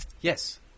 yes